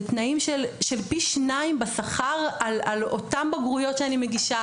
זה תנאים של פי שניים בשכר על אותם בגרויות שאני מגישה,